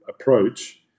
approach